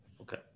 Okay